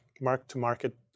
mark-to-market